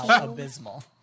abysmal